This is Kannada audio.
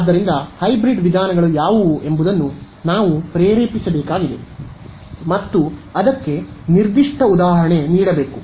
ಆದ್ದರಿಂದ ಹೈಬ್ರಿಡ್ ವಿಧಾನಗಳು ಯಾವುವು ಎಂಬುದನ್ನು ನಾವು ಪ್ರೇರೇಪಿಸಬೇಕಾಗಿದೆ ಮತ್ತು ಅದಕ್ಕೆ ನಿರ್ದಿಷ್ಟ ಉದಾಹರಣೆ ನೀಡಬೇಕು